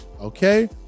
okay